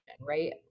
right